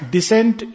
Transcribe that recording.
Descent